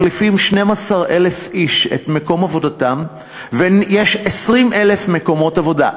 מחליפים 12,000 איש את מקום עבודתם ויש 20,000 מקומות עבודה.